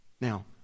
Now